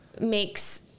makes